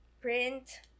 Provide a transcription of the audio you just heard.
print